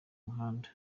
umuhanda